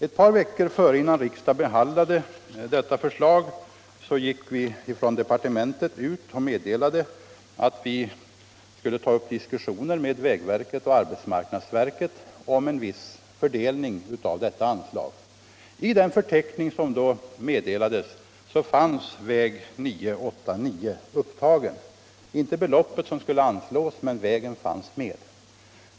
Ett par veckor innan riksdagen behandlade detta förslag meddelade departementet sin avsikt att ta upp diskussioner med vägverket och arbetsmarknadsverket om en viss fördelning av detta anslag. I den förteckning som då meddelades fanns väg 989 upptagen; vilket belopp som skulle anslås angavs inte, men vägen fanns med.